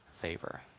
favor